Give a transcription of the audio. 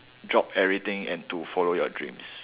drop everything and to follow your dreams